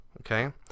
okay